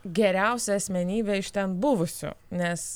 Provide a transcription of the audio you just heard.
geriausia asmenybė iš ten buvusių nes